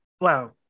wow